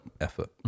effort